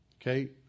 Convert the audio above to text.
Okay